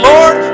Lord